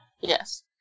Yes